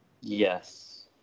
Yes